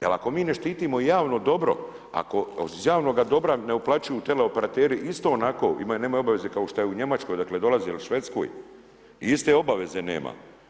Jer ako mi ne štitimo javno dobro, ako iz javnoga dobra ne uplaćuju teleoperateri, isto onako, nemaju obaveze kao što je u Njemačkoj, dakle, dolazi ili Švedskoj, iste obaveze nema.